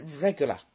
regular